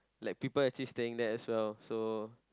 like people actually staying there as well so